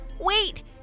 Wait